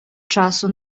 часу